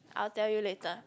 I'll tell you later